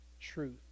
truth